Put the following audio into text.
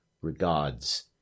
Regards